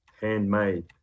handmade